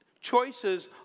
choices